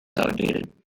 outdated